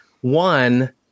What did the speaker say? One